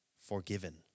forgiven